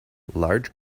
large